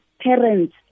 parents